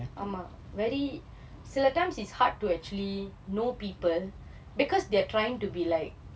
ஆமாம்:aamaam very சில:sila times it's hard to actually know people because they're trying to be like